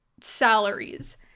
salaries